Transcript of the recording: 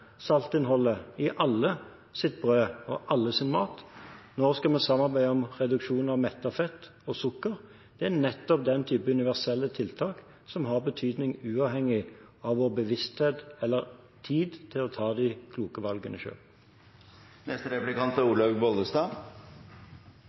saltinnholdet i alles brød og alles mat. Nå skal vi samarbeide om reduksjon av mettet fett og sukker. Det er nettopp den typen universelle tiltak som har betydning, uavhengig av vår bevissthet eller tid til å ta de kloke valgene